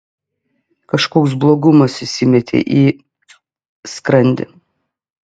kažkoks blogumas įsimetė į skrandį